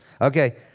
Okay